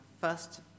First